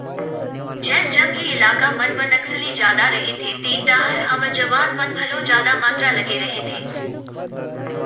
जेन जंगली इलाका मन म नक्सली जादा रहिथे तेन डाहर हमर जवान मन घलो जादा मातरा लगे रहिथे